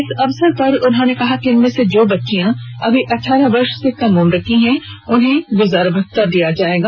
इस अवसर पर उन्होंने कहा कि इनमें से जो बच्चियां अभी अठारह वर्ष से कम उम्र की हैं उन्हें गुजारा भत्ता दिया जायेगा